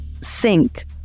sink